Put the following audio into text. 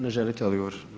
Ne želite odgovor?